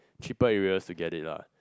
cheaper areas to get it lah